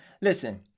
listen